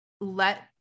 let